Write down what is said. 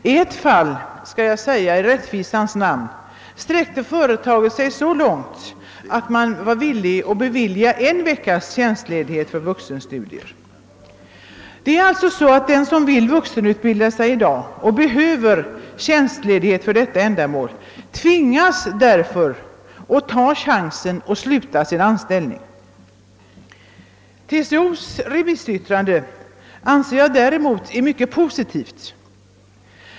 I ett fall, det vill jag påpeka i rättvisans namn, sträckte sig företaget så långt att det var villigt att bevilja en veckas tjänstledighet för dylika studier. Den som vill vuxenutbilda sig i dag och behöver tjänstledighet för detta ändamål tvingas alltså ta risken att sluta sin anställning. Jag anser däremot att TCO:s remissyttrande är mycket positivt.